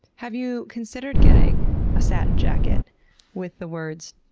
have you considered getting a satin jacket with the words,